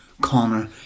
Connor